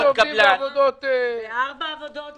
סטודנטים שעובדים בעבודות --- בארבע עבודות,